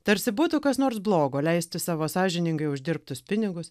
tarsi būtų kas nors blogo leisti savo sąžiningai uždirbtus pinigus